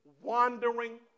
wandering